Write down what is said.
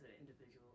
individual